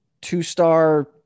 two-star